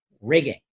rigging